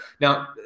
Now